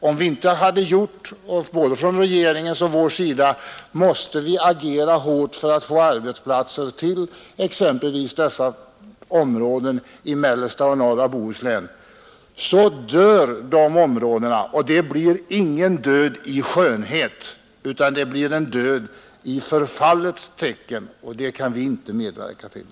Om det inte från både regeringens och vår sida ageras kraftigt för att få arbetsplatser till exempelvis dessa områden i mellersta och norra Bohuslän dör de områdena; och det blir ingen död i skönhet utan det blir en död i förfallets tecken — och det vill vi inte medverka till!